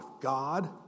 God